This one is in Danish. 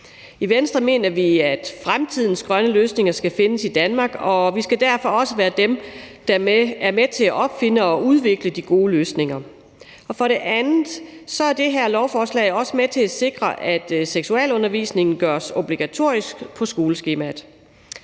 I Venstre mener vi, at fremtidens grønne løsninger skal findes i Danmark, og vi skal derfor også være dem, der er med til at opfinde og udvikle de gode løsninger. For det andet er det her lovforslag også med til at sikre, at seksualundervisning gøres obligatorisk på skoleskemaet.